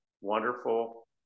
wonderful